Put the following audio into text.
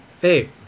hey